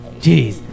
Jeez